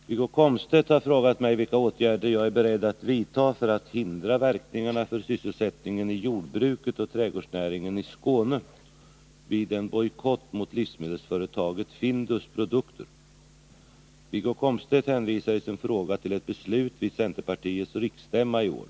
Herr talman! Wiggo Komstedt har frågat mig vilka åtgärder jag är beredd att vidta för att hindra verkningarna för sysselsättningen i jordbruket och trädgårdsnäringen i Skåne vid en bojkott mot livsmedelsföretaget Findus produkter. Wiggo Komstedt hänvisar i sin fråga till ett beslut vid centerpartiets riksstämma i år.